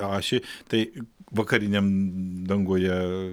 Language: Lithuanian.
ašį tai vakariniam danguje